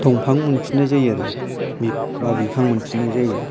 दंफां मोनफिननाय जायो बा बिफां मोनफिननाय जायो